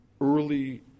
early